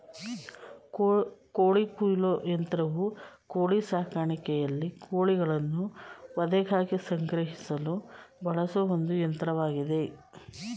ಕೋಳಿ ಕೊಯ್ಲು ಯಂತ್ರವು ಕೋಳಿ ಸಾಕಾಣಿಕೆಯಲ್ಲಿ ಕೋಳಿಗಳನ್ನು ವಧೆಗಾಗಿ ಸಂಗ್ರಹಿಸಲು ಬಳಸುವ ಒಂದು ಯಂತ್ರವಾಗಿದೆ